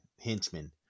henchmen